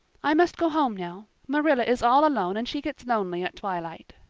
i must go home now. marilla is all alone and she gets lonely at twilight.